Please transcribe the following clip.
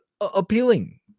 appealing